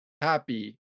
happy